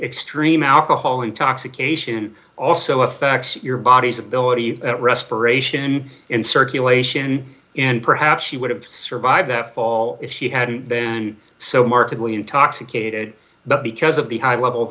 extreme alcohol intoxication also affects your body's ability at respiration and circulation and perhaps she would have survived that fall if she hadn't been so markedly intoxicated but because of the high level of